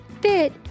fit